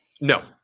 No